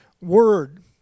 word